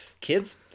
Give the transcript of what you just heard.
kids